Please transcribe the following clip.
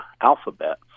Alphabet